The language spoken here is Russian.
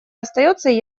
остается